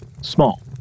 small